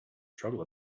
struggle